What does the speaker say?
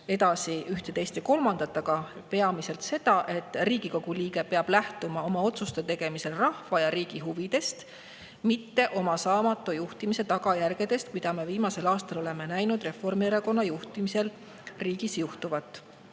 edasi üht, teist ja kolmandat, peamiselt seda, et Riigikogu liige peab lähtuma otsuste tegemisel rahva ja riigi huvidest, mitte oma saamatu juhtimise tagajärgedest, mida me viimasel aastal oleme näinud Reformierakonna juhtimisel riigis juhtuvat.